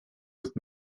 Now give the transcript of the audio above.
with